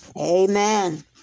Amen